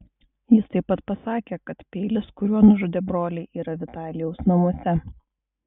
jis taip pat pasakė kad peilis kuriuo nužudė brolį yra vitalijaus namuose